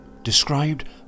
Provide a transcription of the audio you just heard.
Described